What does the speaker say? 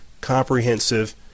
comprehensive